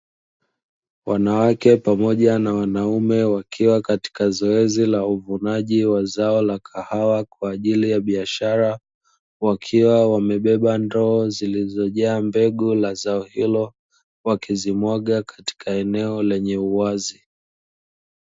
Wanawake pamoja na wanaume, wakiwa katika zoezi la uvunaji wa zao la kahawa kwa ajili ya biashara, wakiwa wamebeba ndoo zilizojaa mbegu la zao hilo, wakizimwaga katika eneo lenye uwazi.